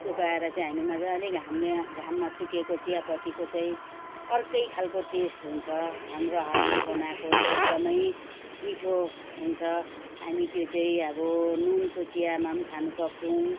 सुकाएर चाहिँ हामी मजाले घामले घाममा सुकेको चियापत्तीको चाहिँ अर्कै खाले टेस्ट हुन्छ हाम्रो हातले बनाएको चाहिँ एकदमै मिठो हुन्छ हामी त्यो चाहिँ अब नुनको चियामा खानु सक्छौँ